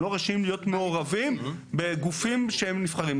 הם לא רשאים להיות מעורבים בגופים שהם נבחרים,